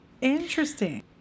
Interesting